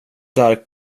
där